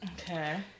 Okay